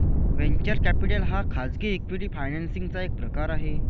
venture capital हा खाजगी equity financing चा एक प्रकार आहे